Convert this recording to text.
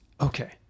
okay